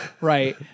Right